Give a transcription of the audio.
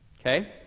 okay